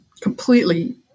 completely